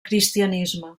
cristianisme